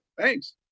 thanks